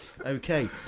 Okay